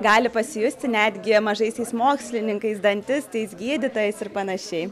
gali pasijusti netgi mažaisiais mokslininkais dantistais gydytojais ir panašiai